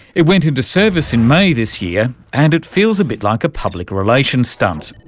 it went into service in may this year and it feels a bit like a public relations stunt.